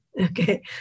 okay